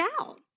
out